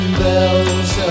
bells